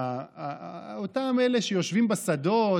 אותם אלה שיושבים בשדות,